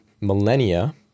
millennia